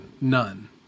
None